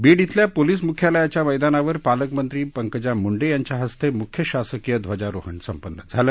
बीड इथल्या पोलीस मुख्यालयाच्या मैदानावर पालकमंत्री पंकजा मुंडे यांच्या हस्ते मुख्य शासकीय ध्वजारोहण संपन्न झालं